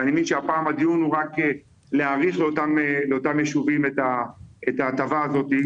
ואני מבין שהפעם הדיון הוא רק להאריך לאותם יישובים את ההטבה הזאת.